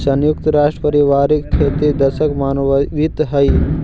संयुक्त राष्ट्र पारिवारिक खेती दशक मनावित हइ